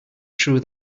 true